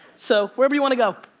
so, wherever you want to go.